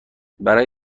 برای